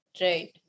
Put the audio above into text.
right